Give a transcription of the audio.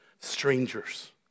strangers